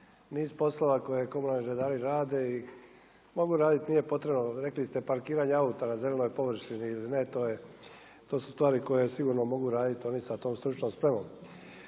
niz poslova koje komunalni redari rade i mogu raditi nije potrebno, rekli ste, parkiranje auta na zelenoj površini ili ne, to su stvari koje sigurno mogu raditi oni sa tom stručnom spremom.